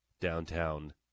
downtown